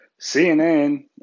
CNN